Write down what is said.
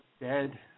Dead